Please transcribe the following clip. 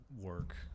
work